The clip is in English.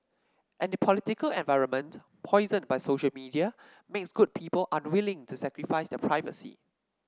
and the political environment poisoned by social media makes good people unwilling to sacrifice their privacy